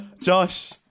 Josh